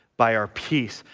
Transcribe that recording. by our peace,